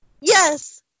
Yes